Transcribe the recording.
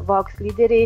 vogs lyderiai